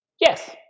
Yes